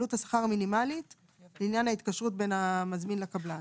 עלות השכר המינימלית לעניין ההתקשרות בין המזמין לקבלן.